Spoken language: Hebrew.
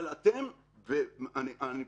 הוועדה הזו